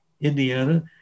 Indiana